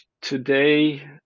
today